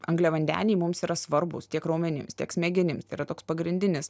angliavandeniai mums yra svarbūs tiek raumenims tiek smegenims tai yra toks pagrindinis